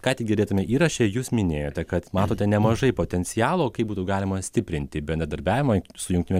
ką tik girdėtame įraše jūs minėjote kad matote nemažai potencialo kaip būtų galima stiprinti bendradarbiavimą su jungtinių